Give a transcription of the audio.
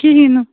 کِہیٖنٛۍ نہٕ